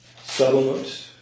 settlement